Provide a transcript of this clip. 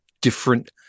different